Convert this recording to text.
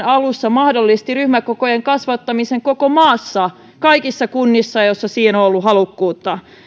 alussa mahdollisti ryhmäkokojen kasvattamisen koko maassa kaikissa kunnissa joissa siihen on ollut halukkuutta